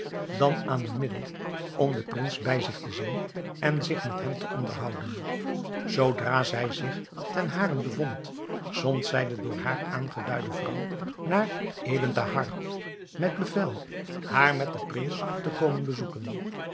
dan aan een middel om den prins bij zich te zien en zich met hem te onderhouden zoodra zij zich ten harent bevond zond zij de door haar aangeduide vrouw naar ebn thahar met bevel haar met den prins te komen bezoeken